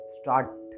start